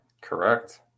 Correct